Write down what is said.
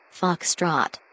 Foxtrot